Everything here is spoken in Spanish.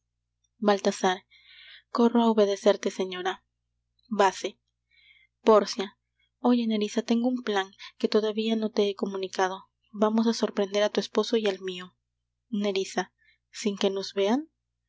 baltasar corro á obedecerte señora vase pórcia oye nerissa tengo un plan que todavía no te he comunicado vamos á sorprender á tu esposo y al mio nerissa sin que nos vean